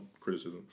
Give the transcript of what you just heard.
criticism